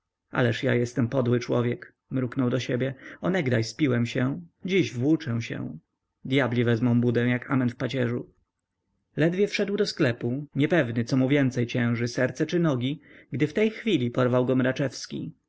ależ ja jestem podły człowiek mruknął do siebie onegdaj spiłem się dziś włóczę się dyabli wezmą budę jak amen w pacierzu ledwie wszedł do sklepu niepewny co mu więcej cięży serce czy nogi gdy w tej chwili porwał go